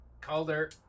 Calder